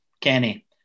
Kenny